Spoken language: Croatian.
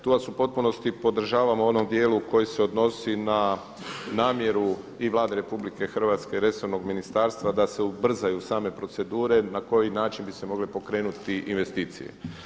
Tu vas u potpunosti podržavam u onom dijelu koji se odnosi na namjeru i Vlade RH i resornog ministarstva da se ubrzaju same procedure na koji način bi se mogle pokrenuti investicije.